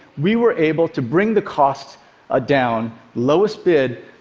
we were able to bring the cost ah down. lowest bid,